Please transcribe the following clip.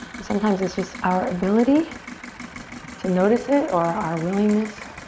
but sometimes it's just our ability to notice it or our willingness